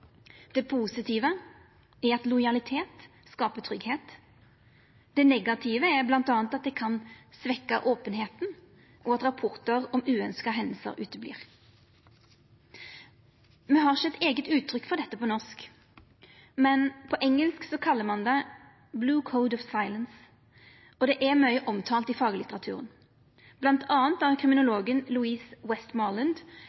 Det positive er at lojalitet skaper tryggleik. Det negative er bl.a. at det kan svekkja openheita, og at rapportar om uønskte hendingar ikkje kjem. Me har ikkje eit eige uttrykk for dette på norsk, men på engelsk kallar ein det «blue code of silence», og det er mykje omtalt i faglitteraturen, bl.a. av